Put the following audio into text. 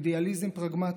אידיאליזם פרגמטי.